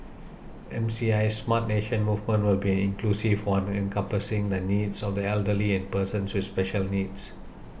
M C I Smart Nation movement will be an inclusive one encompassing the needs of the elderly and persons with special needs